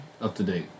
Up-to-date